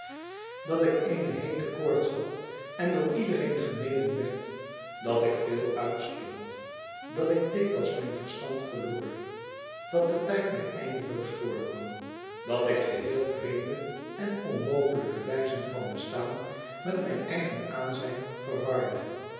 dat ik eene heete koorts had en door iedereen gemeden werd dat ik veel uitstond dat ik dikwijls mijn verstand verloor dat de tijd mij eindeloos voorkwam dat ik geheel vreemde en onmogelijke wijzen van bestaan met mijn eigen aanzijn verwarde